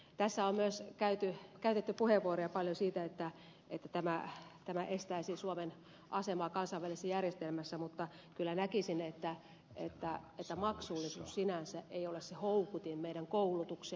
tässä on myös käytetty puheenvuoroja paljon siitä että tämä haittaisi suomen asemaa kansainvälisessä järjestelmässä mutta kyllä näkisin että maksullisuus sinänsä ei ole se houkutin meidän koulutukseen